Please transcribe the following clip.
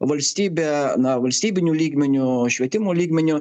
valstybė na valstybiniu lygmeniu švietimo lygmeniu